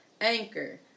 Anchor